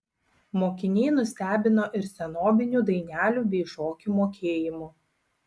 mokiniai nustebino ir senobinių dainelių bei šokių mokėjimu